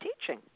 teaching